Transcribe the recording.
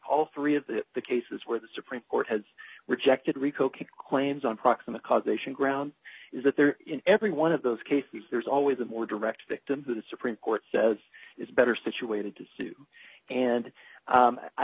all three of the cases where the supreme court has rejected rico claims on proximate causation ground is that there in every one of those cases there's always a more direct victims of the supreme court says it's better situated to sue and